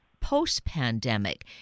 post-pandemic